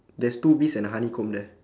there's two bees and a honeycomb there